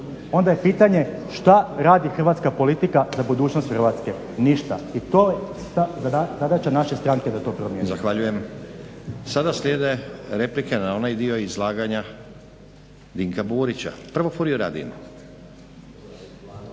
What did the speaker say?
onda je pitanje što radi Hrvatska politika za budućnost Hrvatske? Ništa. I to je zadaća naše stranke da to promjeni. **Stazić, Nenad (SDP)** Zahvaljujem. Sada slijede replike na onaj dio izlaganja Dinka Burića. Prvo Furio Radin.